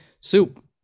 Soup